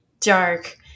dark